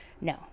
no